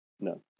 No